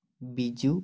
Biju